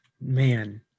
Man